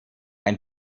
ein